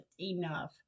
enough